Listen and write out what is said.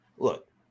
Look